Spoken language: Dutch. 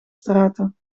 straten